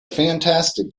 fantastic